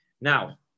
now